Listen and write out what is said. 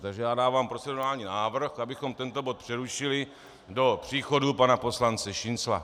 Takže dávám procedurální návrh, abychom tento bod přerušili do příchodu pana poslance Šincla.